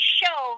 show